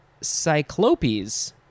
cyclopes